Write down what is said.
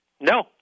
No